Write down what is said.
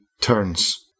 turns